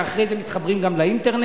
שאחרי זה מתחברים גם לאינטרנט.